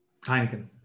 Heineken